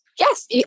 Yes